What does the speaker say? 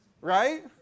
right